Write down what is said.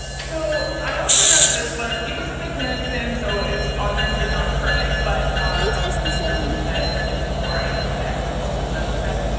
so i grabbed this one. it was in the clearance bin so it's obviously not current but i would be willing to bet, and before i, i actually post this i will check.